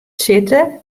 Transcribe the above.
sitte